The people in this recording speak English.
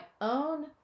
own